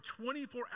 24